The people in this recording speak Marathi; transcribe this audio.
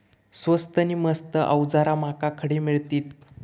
स्वस्त नी मस्त अवजारा माका खडे मिळतीत?